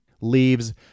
leaves